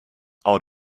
out